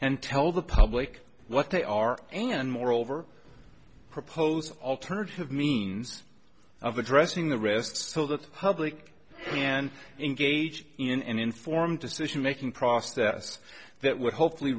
and tell the public what they are and moreover propose alternative means of addressing the risks so that public and engage in informed decision making process that would hopefully